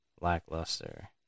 lackluster